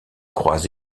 croise